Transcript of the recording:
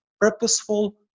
purposeful